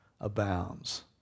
abounds